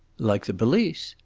like the police?